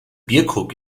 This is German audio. bierkrug